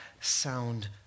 sound